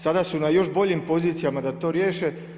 Sada su na još boljim pozicijama da to riješe.